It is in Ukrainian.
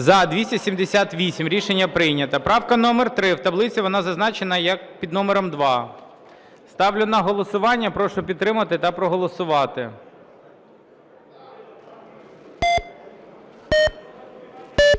За-278 Рішення прийнято. Правка номер 3, в таблиці вона зазначена під номером 2. Ставлю на голосування. Прошу підтримати та проголосувати.